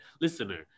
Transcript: Listener